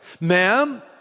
Ma'am